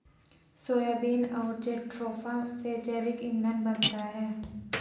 soybean और jatropha से जैविक ईंधन बनता है